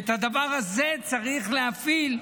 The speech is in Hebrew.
את הדבר הזה צריך להפעיל.